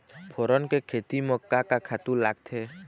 फोरन के खेती म का का खातू लागथे?